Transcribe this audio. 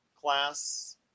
class